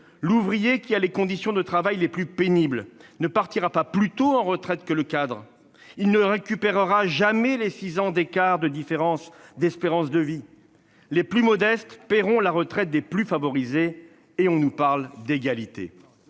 l'ouvrier qui a les conditions de travail les plus pénibles ne partira pas plus tôt à la retraite que le cadre. Il ne récupérera jamais les six ans d'écart d'espérance de vie. Les plus modestes paieront la retraite des plus favorisés. Et on nous parle d'égalité